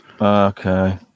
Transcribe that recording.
okay